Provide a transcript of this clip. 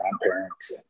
grandparents